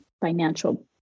financial